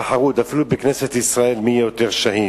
יש כבר תחרות אפילו בכנסת ישראל מי יהיה יותר שהיד.